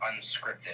unscripted